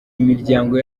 imiryango